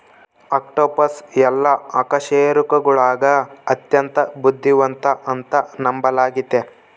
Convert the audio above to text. octopus ಎಲ್ಲಾ ಅಕಶೇರುಕಗುಳಗ ಅತ್ಯಂತ ಬುದ್ಧಿವಂತ ಅಂತ ನಂಬಲಾಗಿತೆ